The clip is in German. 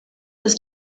ist